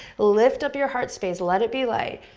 lift up your heart space. let it be light.